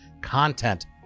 content